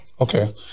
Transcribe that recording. Okay